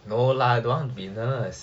no lah I don't want be nurse